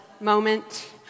moment